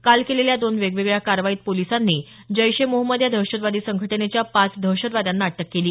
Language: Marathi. काल केलेल्या दोन वेगवेगळ्या कारवाईत पोलिसांनी जैश ए मोहम्मद या दहशवादी संघटनेच्या पाच दहशतवाद्यांना अटक केली